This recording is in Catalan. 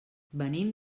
venim